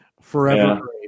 forever